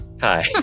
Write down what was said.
Hi